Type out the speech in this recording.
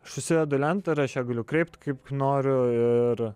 aš užsidedu lentą ir aš ją galiu kreipt kaip noriu ir